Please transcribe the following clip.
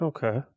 Okay